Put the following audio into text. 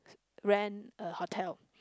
rent a hotel